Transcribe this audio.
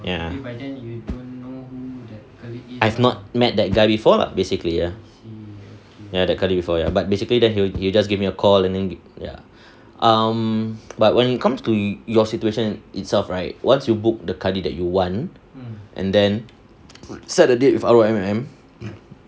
ya I've not met that guy before lah basically ya ya the kadi before but basically then he just give me a call and then ya um but when it comes to your situation itself right once you book the kadi that you want and then set a date with R_O_M_M